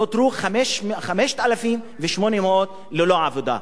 נותרו 5,800 ללא עבודה.